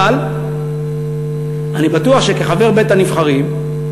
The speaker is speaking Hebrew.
אבל אני בטוח שכחבר בית-הנבחרים,